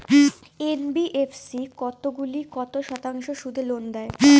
NBFC কতগুলি কত শতাংশ সুদে ঋন দেয়?